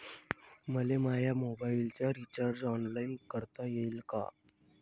मले माया मोबाईलचा रिचार्ज ऑनलाईन करता येईन का?